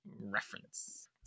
reference